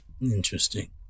interesting